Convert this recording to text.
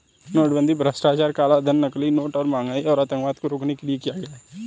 नोटबंदी भ्रष्टाचार, कालाधन, नकली नोट, महंगाई और आतंकवाद को रोकने के लिए किया गया